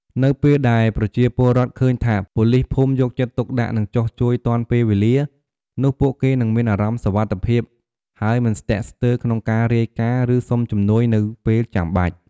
នៅពេលដែលប្រជាពលរដ្ឋឃើញថាប៉ូលីសភូមិយកចិត្តទុកដាក់ និងចុះជួយទាន់ពេលវេលា នោះពួកគេនឹងមានអារម្មណ៍សុវត្ថិភាព ហើយមិនស្ទាក់ស្ទើរក្នុងការរាយការណ៍ ឬសុំជំនួយនៅពេលចាំបាច់។